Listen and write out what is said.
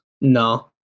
No